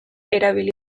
erabili